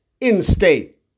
in-state